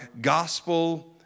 gospel